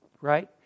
right